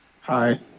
Hi